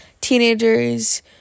teenagers